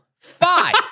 five